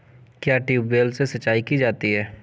क्या ट्यूबवेल से सिंचाई की जाती है?